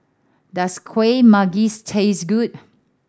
does Kuih Manggis taste good